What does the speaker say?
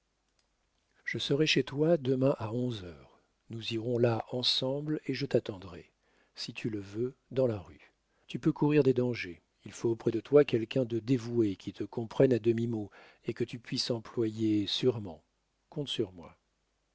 je serai chez toi demain à onze heures nous irons là ensemble et je t'attendrai si tu le veux dans la rue tu peux courir des dangers il faut près de toi quelqu'un de dévoué qui te comprenne à demi-mot et que tu puisses employer sûrement compte sur moi